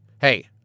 Hey